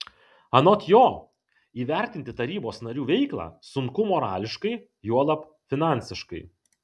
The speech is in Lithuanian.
anot jo įvertinti tarybos narių veiklą sunku morališkai juolab finansiškai